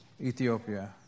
Ethiopia